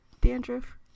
dandruff